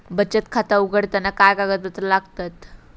बचत खाता उघडताना काय कागदपत्रा लागतत?